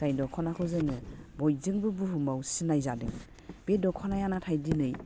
जाय दख'नाखौ जोङो बयजोंबो बुहुमाव सिनायजादों बे दख'नाया नाथाय दिनै